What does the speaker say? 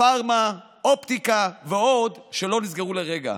הפארמה, האופטיקה ועוד, שלא נסגרו לרגע.